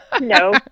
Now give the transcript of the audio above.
No